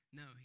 no